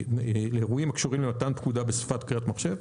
אירועים הקשורים למתן פקודה בשפת קריאה מחשב?